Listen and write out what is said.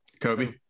Kobe